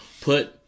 Put